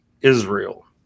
Israel